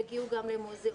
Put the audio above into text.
יגיעו גם למוזיאונים.